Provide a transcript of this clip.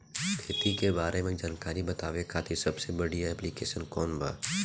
खेती के बारे में जानकारी बतावे खातिर सबसे बढ़िया ऐप्लिकेशन कौन बा?